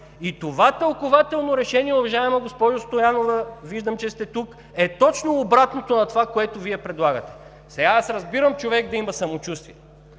И това тълкувателно решение, уважаема госпожо Стоянова, виждам, че сте тук, е точно обратното на това, което Вие предлагате! Сега, аз разбирам човек да има самочувствие,